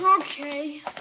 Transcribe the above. Okay